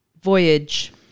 voyage